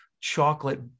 chocolate